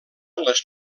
les